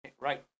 Right